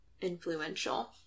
influential